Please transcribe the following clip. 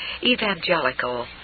Evangelical